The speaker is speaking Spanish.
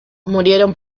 murieron